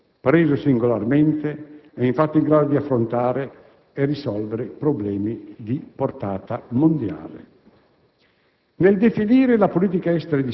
nessun Paese europeo, preso singolarmente è, infatti, in grado di affrontare e risolvere problemi di portata mondiale.